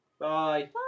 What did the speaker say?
Bye